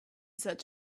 such